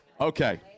Okay